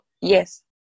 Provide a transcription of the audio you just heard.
yes